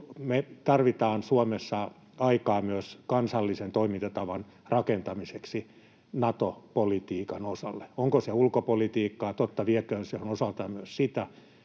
Me tarvitaan Suomessa aikaa myös kansallisen toimintatavan rakentamiseksi Nato-politiikan osalta. Onko se ulkopolitiikkaa? Totta vieköön se on osaltaan myös sitä,